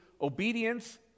obedience